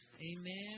Amen